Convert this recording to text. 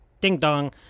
ding-dong